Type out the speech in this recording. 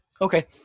Okay